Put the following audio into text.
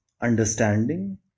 understanding